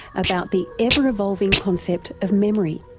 about the ever evolving concept of memory.